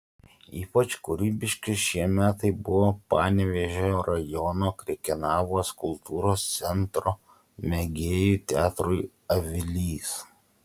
ypač kūrybiški šie metai buvo panevėžio rajono krekenavos kultūros centro mėgėjų teatrui avilys